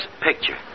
picture